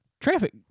traffic